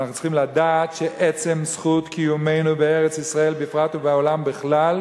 אנחנו צריכים לדעת שעצם זכות קיומנו בארץ-ישראל בפרט ובעולם בכלל,